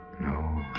No